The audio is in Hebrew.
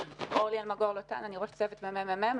אני ראש צוות במרכז המחקר והמידע של הכנסת.